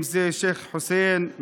אם זה שייח' חוסיין,